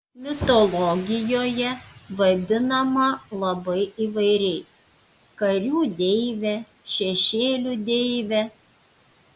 mitologijoje vadinama labai įvairiai karių deive šešėlių deive